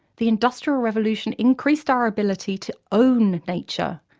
the industrial revolution increased our ability to own nature,